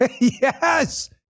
Yes